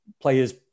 players